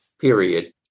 period